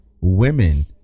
women